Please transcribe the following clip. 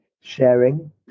sharing